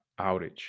outage